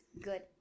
good